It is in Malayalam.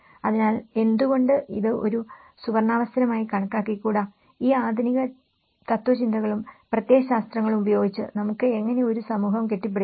അതിനാൽ എന്തുകൊണ്ട് ഇത് ഒരു സുവർണ്ണാവസരമായി കണക്കാക്കികൂടാ ഈ ആധുനിക തത്ത്വചിന്തകളും പ്രത്യയശാസ്ത്രങ്ങളും ഉപയോഗിച്ച് നമുക്ക് എങ്ങനെ ഒരു സമൂഹം കെട്ടിപ്പടുക്കാം